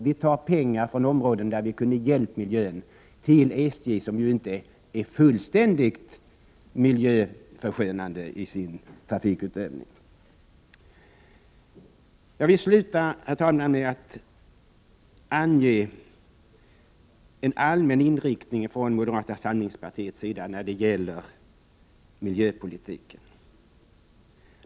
Vi tar pengar från områden där vi kunde ha hjälpt miljön till SJ, som ju inte är fullständigt miljöförskönande i sin trafikutövning. 29 Herr talman! Jag vill avsluta med att ange en allmän inriktning från moderata samlingspartiet när det gäller miljöpolitiken.